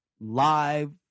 live